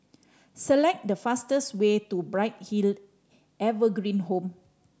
select the fastest way to Bright Hill Evergreen Home